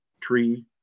tree